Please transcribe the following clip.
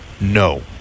no